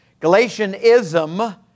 Galatianism